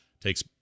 Takes